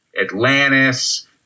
Atlantis